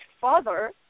father